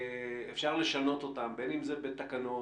שאפשר לשנות אותם בין אם זה בתקנות,